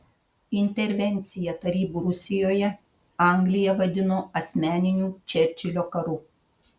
intervenciją tarybų rusijoje anglija vadino asmeniniu čerčilio karu